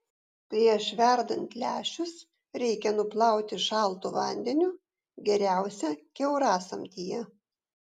prieš verdant lęšius reikia nuplauti šaltu vandeniu geriausia kiaurasamtyje